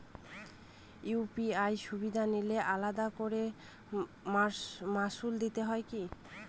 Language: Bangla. ইউ.পি.আই সুবিধা নিলে আলাদা করে মাসুল দিতে হয়?